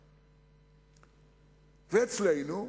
ואצלנו,